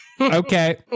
Okay